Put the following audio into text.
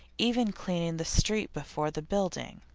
even cleaning the street before the building.